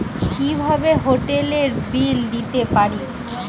কিভাবে হোটেলের বিল দিতে পারি?